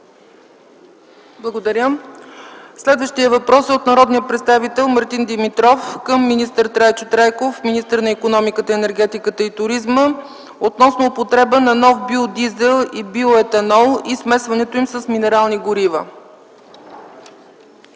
Благодаря. Следващият въпрос е от народния представител Мартин Димитров към министър Трайчо Трайков – министър на икономиката, енергетиката и туризма, относно употреба на биодизел и биоетанол и смесването им с минерални горива.